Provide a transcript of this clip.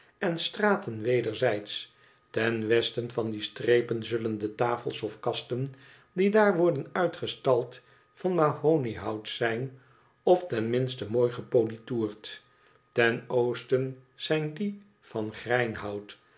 en straten wederzijds ten westen van die strepen zullen de tafels of kasten die daar worden uitgestald van mahoniehout zijn of ten minste mooi gepolitoerd ten oosten zijn die van greinhout